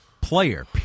player